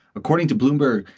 according to bloomberg.